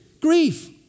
Grief